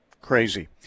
Crazy